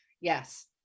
yes